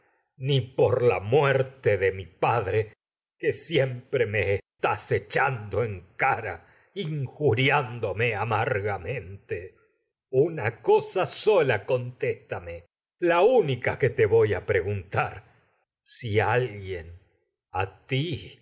ni por la muerte de mi padre que siempre echando en me estás cosa cara injuriándome amargamente una la única que sola contéstame a te voy a preguntar si alguien repente es ti